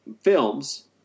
films